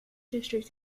district